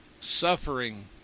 suffering